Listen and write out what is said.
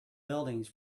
buildings